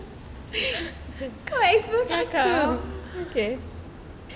twice baru cakap